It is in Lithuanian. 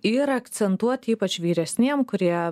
ir akcentuot ypač vyresniem kurie